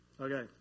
Okay